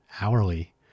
hourly